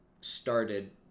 started